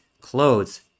clothes